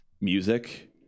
music